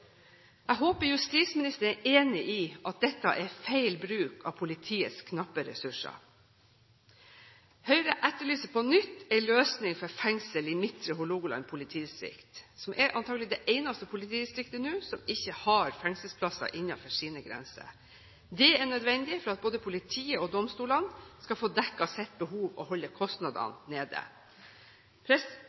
Jeg håper justisministeren er enig i at dette er feil bruk av politiets knappe ressurser. Høyre etterlyser på nytt en løsning for fengsel i Midtre Hålogaland politidistrikt, som antagelig er det eneste politidistriktet som ennå ikke har fengselsplasser innenfor sine grenser. Det er nødvendig for at både politiet og domstolene skal få dekket sine behov og holde kostnadene nede.